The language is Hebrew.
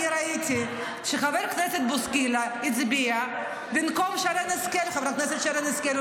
אני ראיתי שחבר הכנסת בוסקילה הצביע במקום חברת הכנסת שרן השכל.